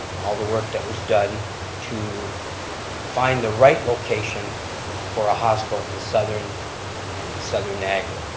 all the work that was done to find the right location for a hospital in southern and southern niagara.